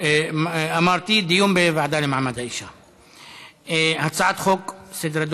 תודה לך, חבר הכנסת יוסף